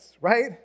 right